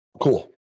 cool